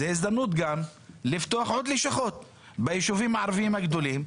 זו הזדמנות גם לפתוח עוד לשכות ביישובים הערביים הגדולים,